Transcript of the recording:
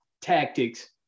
tactics